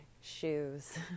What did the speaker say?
shoes